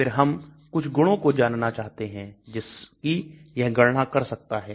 फिर हम कुछ गुणों को जानना चाहते हैं जिसकी यह गणना कर सकता है